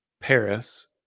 Paris